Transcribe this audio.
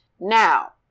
Now